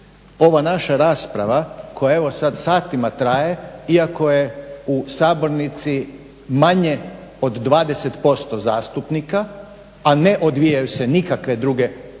ova naša rasprava koja evo sad satima traje iako je u sabornici manje od 20% zastupnika, a ne odvijaju se nikakve druge paralelne